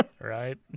right